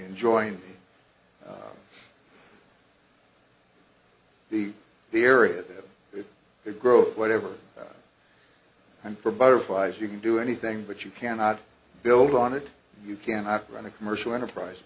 enjoying the the area that they grow whatever and for butterflies you can do anything but you cannot build on it you cannot run a commercial enterprise